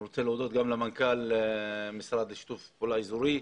אני רוצה גם להודות למנכ"ל לשיתוף פעולה אזורי.